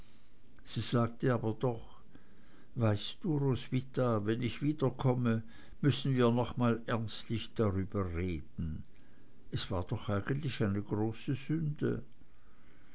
sie sagte aber doch weißt du roswitha wenn ich wiederkomme müssen wir doch noch mal ernstlich drüber reden es war doch eigentlich eine große sünde